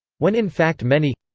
when in fact many.